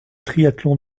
triathlon